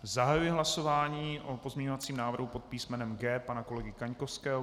Zahajuji hlasování o pozměňovacím návrhu pod písmenem G pana kolegy Kaňkovského.